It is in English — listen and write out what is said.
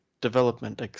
development